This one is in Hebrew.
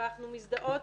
אבל אנחנו מזדהות,